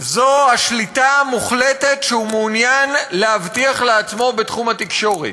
השליטה המוחלטת שהוא מעוניין להבטיח לעצמו בתחום התקשורת.